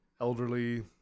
elderly